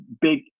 big